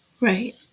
right